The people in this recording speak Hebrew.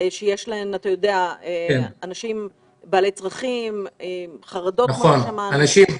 שיש בהן אנשים בעלי צרכים, עם חרדות, כפי ששמענו.